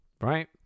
right